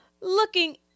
Looking